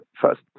first